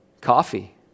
Coffee